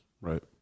Right